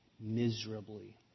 miserably